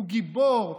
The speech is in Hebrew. הוא גיבור,